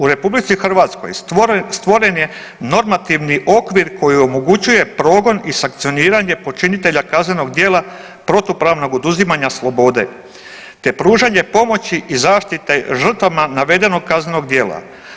U Republici Hrvatskoj stvoren je normativni okvir koji omogućuje progon i sankcioniranje počinitelja kaznenog djela protupravnog oduzimanja slobode te pružanje pomoći i zaštite žrtvama navedenog kaznenog djela.